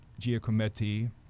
Giacometti